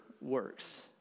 works